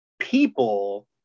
People